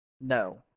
no